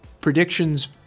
predictions